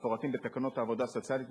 המפורטים בתקנות העבודה הסוציאלית,